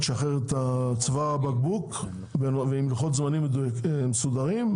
ותשחרר את צוואר הבקבוק בלוחות זמנים מסודרים.